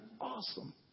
Awesome